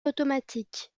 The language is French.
automatique